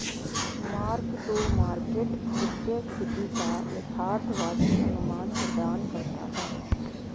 mark to market वित्तीय स्थिति का यथार्थवादी अनुमान प्रदान करता है